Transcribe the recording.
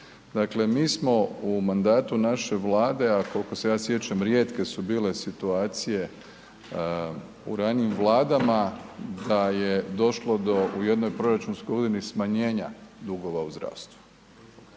dakle mi smo u mandatu naše Vlade, a kolko se ja sjećam rijetke su bile situacije u ranijim Vladama da je došlo do u jednoj proračunskoj godini smanjenja dugova u zdravstvu,